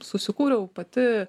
susikūriau pati